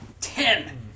Ten